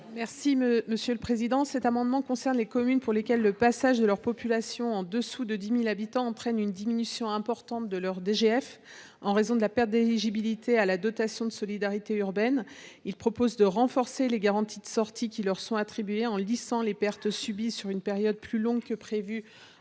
n° II 68 rectifié. Cet amendement concerne les communes pour lesquelles le passage de leur population en dessous de 10 000 habitants entraîne une diminution importante de leur part de DGF en raison de la perte d’éligibilité à la dotation de solidarité urbaine. Il tend à renforcer les garanties de sortie qui leur sont attribuées en lissant les pertes subies sur une période plus longue